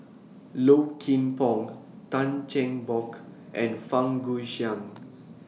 Low Kim Pong Tan Cheng Bock and Fang Guixiang